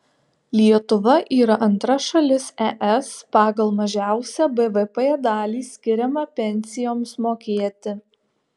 lietuva yra antra šalis es pagal mažiausią bvp dalį skiriamą pensijoms mokėti